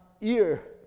ear